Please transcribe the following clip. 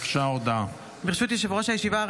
ברשות יושב-ראש הישיבה,